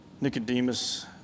Nicodemus